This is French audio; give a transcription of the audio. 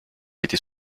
était